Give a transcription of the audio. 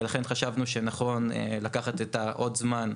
ולכן חשבנו שנכון לקחת עוד זמן,